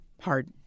Hard